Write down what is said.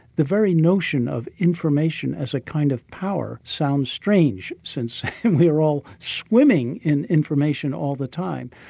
the very notion of information as a kind of power sounds strange, since we're all swimming in information all the time.